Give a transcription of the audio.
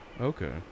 Okay